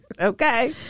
okay